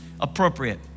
appropriate